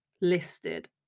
listed